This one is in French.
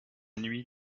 nuit